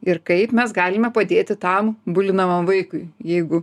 ir kaip mes galime padėti tam bulinamam vaikui jeigu